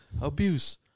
Abuse